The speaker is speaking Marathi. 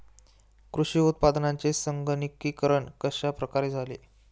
कृषी उत्पादनांचे संगणकीकरण कश्या प्रकारे झाले आहे?